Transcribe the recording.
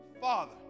Father